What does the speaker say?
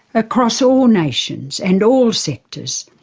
across all nations and all sectors,